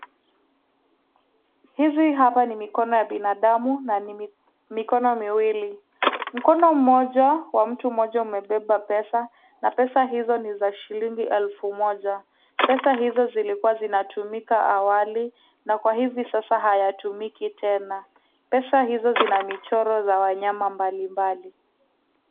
Hizi hapa ni mikono ya binadamu na ni mikono miwili. Mkono mmoja wa mtu mmoja, umebeba pesa na pesa hizo ni za shilingi elfu moja. Pesa hizo, zilikuwa zikitumika awali na kwa hivi sasa hayatumiki tena. Pesa hizo, zina michoro za wanyama mbalimbali.